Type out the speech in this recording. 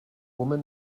woman